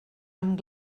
amb